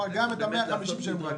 לעשות מדרגים.